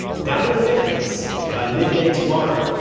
down to the fifty s by midday tomorrow.